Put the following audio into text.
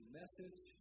message